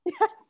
Yes